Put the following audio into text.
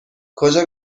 کجا